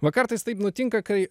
va kartais taip nutinka kai